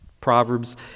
Proverbs